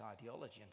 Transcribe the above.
ideology